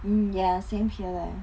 ya same here leh